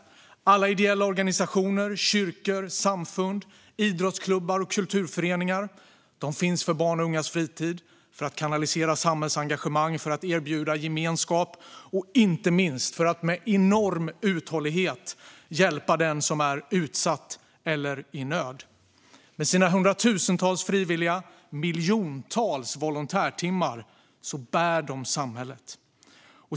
Alla ideella organisationer, kyrkor, samfund, idrottsklubbar och kulturföreningar finns för barns och ungas fritid, för att kanalisera samhällsengagemang, för att erbjuda gemenskap och inte minst för att med enorm uthållighet hjälpa den som är utsatt eller i nöd. Med sina hundratusentals frivilliga och miljontals volontärtimmar bär de samhället.